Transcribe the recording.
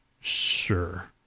sure